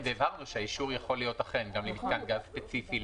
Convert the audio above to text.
והבהרנו שהאישור יכול להיות גם למיתקן גז ספציפי,